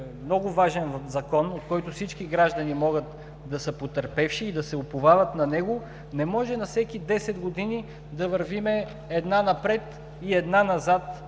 много важен Закон, в който всички граждани могат да са потърпевши и да се уповават на него, не може на всеки десет години да вървим една напред и една назад.